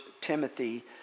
Timothy